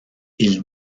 ils